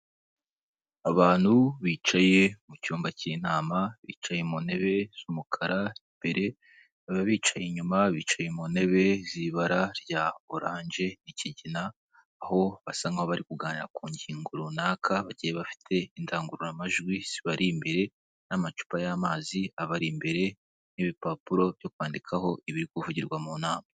Abantu bicaye mu cyumba cy'inama bicaye mu ntebe z'umukara mbere baba bicaye inyuma bicaye mu ntebe z'ibara rya orange, ikigina aho basa nkaho bari kuganira ku ngingo runaka bagiye bafite indangururamajwi zibari imbere n'amacupa y'amazi abari imbere n'ibipapuro byo kwandikaho ibiri kuvugirwa mu nama.